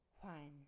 One